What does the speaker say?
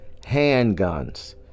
handguns